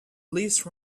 lease